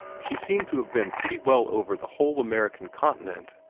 she seemed to have been pretty well over the whole american continent,